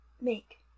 make